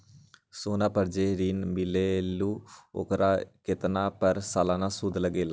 सोना पर जे ऋन मिलेलु ओपर कतेक के सालाना सुद लगेल?